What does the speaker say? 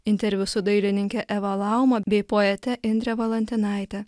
interviu su dailininke eva lauma bei poete indre valantinaite